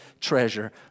treasure